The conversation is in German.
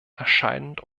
erscheint